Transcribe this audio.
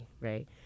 right